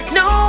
no